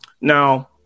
Now